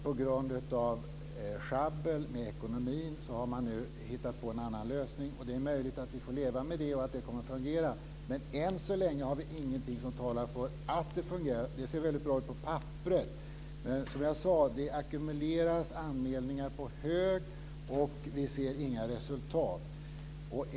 På grund av sjabbel med ekonomin har man nu hittat på en annan lösning. Det är möjligt att vi får leva med den och att den kommer att fungera. Men än så länge har vi ingenting som talar för att det fungerar. Det ser väldigt bra ut på papperet, men som jag sade ackumuleras anmälningar på hög och vi ser inga resultat.